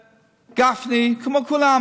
צריך לומר את האמת.